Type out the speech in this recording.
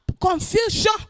confusion